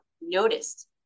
noticed